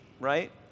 right